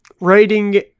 writing